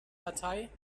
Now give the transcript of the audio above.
datei